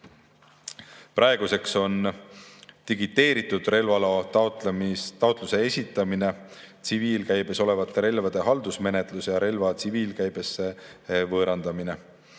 Praeguseks on digiteeritud relvaloataotluse esitamine, tsiviilkäibes olevate relvade haldusmenetlus ja relva tsiviilkäibesse võõrandamine.